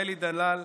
אלי דלל,